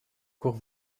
court